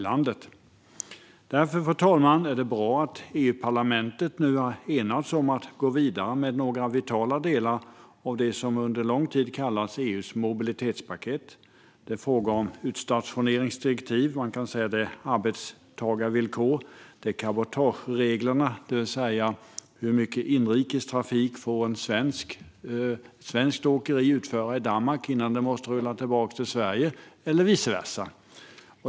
Därför är det bra att EU-parlamentet nu har enats om att gå vidare med några vitala delar av det som under lång tid har kallats EU:s mobilitetspaket. Det är frågor om utstationeringsdirektivet, det vill säga arbetstagarvillkor, och cabotagereglerna, det vill säga hur mycket inrikestrafik ett svenskt åkeri får utföra i Danmark innan man måste rulla tillbaka till Sverige eller vice versa.